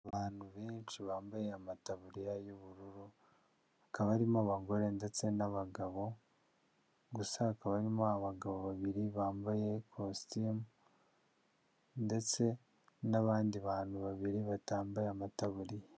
Abantu benshi bambaye amataburiya y'ubururu, hakaba harimo abagore ndetse n'abagabo, gusa hakaba harimo abagabo babiri bambaye ikositimu ndetse n'abandi bantu babiri batambaye amataburiya.